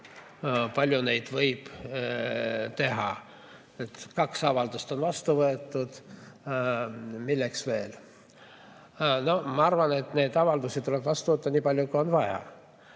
palju neid võib teha. Kaks avaldust on vastu võetud. Milleks veel? Ma arvan, et neid avaldusi tuleb vastu võtta nii palju, kui on vaja.